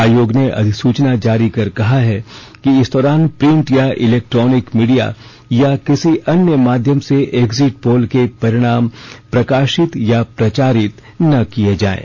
आयोग ने अधिसूचना जारी कर कहा है कि इस दौरान प्रिंट या इलेक्ट्रॉनिक मीडिया या किसी अन्य माध्यम से एग्जिट पोल के परिणाम प्रकाशित या प्रचारित ना किए जाएं